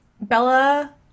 bella